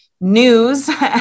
news